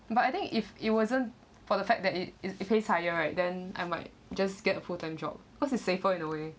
but I think if it wasn't for the fact that it it pays higher right then I might just get a full time job cause is safer in a way